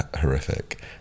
horrific